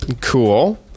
Cool